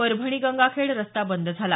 परभणी गंगाखेड रस्ता बंद झाला